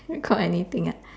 recall anything ah